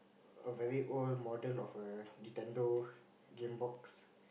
a very old modern of a Nintendo game box